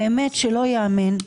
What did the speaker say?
סיפור שלא ייאמן: